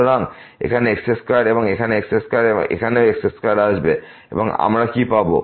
সুতরাং এখানে x2 এখানে x2 এবং এখানেও x2 আসবে এবং আমরা কি পাব